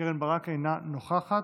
אינה נוכחת,